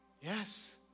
Yes